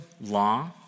law